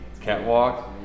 catwalk